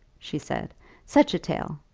she said such a tale!